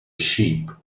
sheep